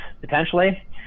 potentially